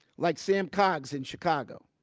like sam coggs in chicago.